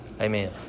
Amen